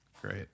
Great